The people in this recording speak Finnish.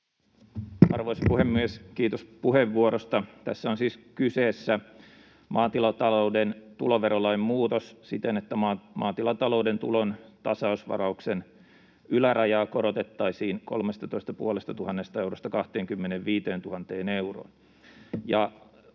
Arvoisa puhemies! Kiitos puheenvuorosta. — Tässä on siis kyseessä maatilatalouden tuloverolain muutos siten, että maatilatalouden tulon tasausvarauksen ylärajaa korotettaisiin 13 500 eurosta 25 000 euroon.